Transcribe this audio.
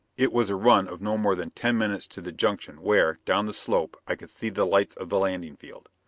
it was a run of no more than ten minutes to the junction where, down the slope, i could see the lights of the landing field.